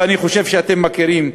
ואני חושב שאתם מכירים אותם,